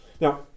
Now